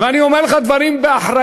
ואני אומר לך דברים באחריות.